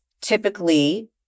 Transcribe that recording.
typically